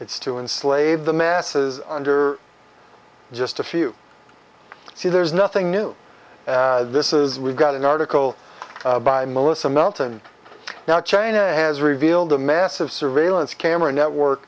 it's to enslave the masses under just a few c there's nothing new this is we've got an article by melissa melton now china has revealed a massive surveillance camera network